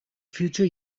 future